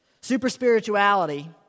Super-spirituality